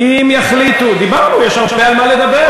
רק להזכיר לך